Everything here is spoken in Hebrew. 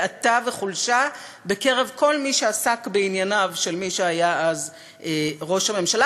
בעתה וחולשה בקרב כל מי שעסק בענייניו של מי שהיה אז ראש הממשלה,